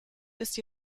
ist